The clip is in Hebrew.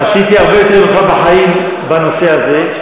עשיתי הרבה יותר ממך בחיים בנושא הזה.